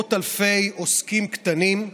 שמאות אלפי עוסקים קטנים,